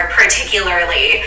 particularly